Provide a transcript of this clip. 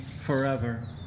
forever